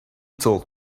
told